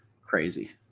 Crazy